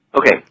Okay